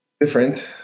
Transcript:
different